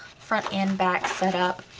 front and back set up.